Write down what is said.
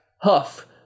Huff